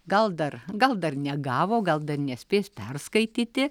gal dar gal dar negavo gal dar nespės perskaityti